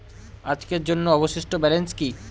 আজকের জন্য অবশিষ্ট ব্যালেন্স কি?